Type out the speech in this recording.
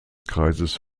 kreises